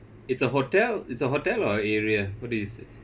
it's a hotel it's a hotel or area what did you say